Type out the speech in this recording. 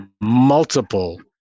multiple